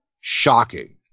shocking